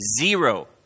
zero